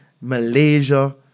Malaysia